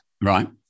Right